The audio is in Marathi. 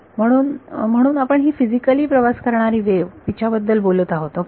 म्हणून म्हणून आपण ही फिजिकली प्रवास करणारी वेव्ह तिच्याबद्दल बोलत आहोत ओके